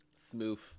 smooth